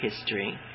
history